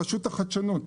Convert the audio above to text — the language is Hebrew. ברשות החדשנות,